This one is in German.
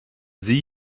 sie